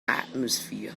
atmosphere